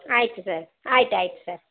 ಆಯಿತು ಸರ್ ಆಯ್ತು ಆಯ್ತು ಸರ್